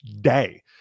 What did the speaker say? day